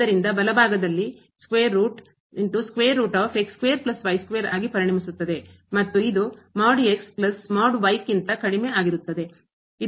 ಆದ್ದರಿಂದ ಬಲಭಾಗದಲ್ಲಿ ಆಗಿ ಪರಿಣಮಿಸುತ್ತದೆ ಮತ್ತು ಇದು ಕ್ಕಿಂತ ಕಡಿಮೆ ಆಗಿರುತ್ತದೆ